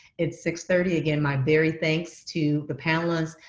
it's six thirty. again, my very thanks to the panelists,